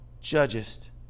judgest